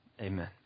Amen